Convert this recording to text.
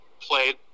played